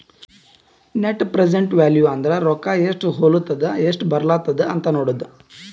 net present value ಅಂದುರ್ ರೊಕ್ಕಾ ಎಸ್ಟ್ ಹೊಲತ್ತುದ ಎಸ್ಟ್ ಬರ್ಲತ್ತದ ಅಂತ್ ನೋಡದ್ದ